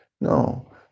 No